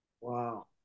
Wow